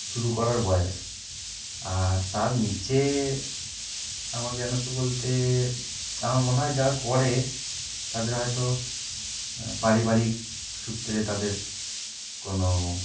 শুরু করার বয়স আর তার নিচে আমার জ্ঞানত বলতে আমার মনে হয় যারা করে তাদের হয়তো পারিবারিক সূত্রে তাদের কোনো